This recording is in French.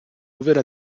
nouvelle